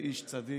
צדיק,